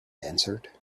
answered